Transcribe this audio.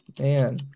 Man